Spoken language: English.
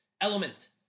element